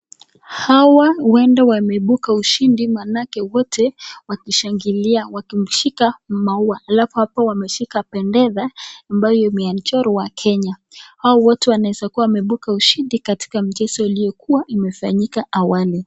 Hawa huenda wameibuka ushindi maanake, wote wakishangilia wakimshika maua, alafu hapo wakishika bendera ambayo imechorwa Kenya. Hawa wote wanaweza kuwa wameibuka ushindi katika mchezo uliokuwa umefanyika awali.